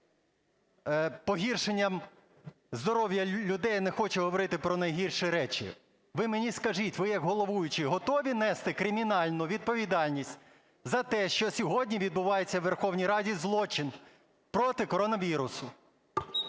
погіршенням здоров'я людей, я не хочу говорити про найгірші речі? Ви мені скажіть, ви як головуючий готові нести кримінальну відповідальність за те, що сьогодні відбувається у Верховній Раді злочин проти коронавірусу?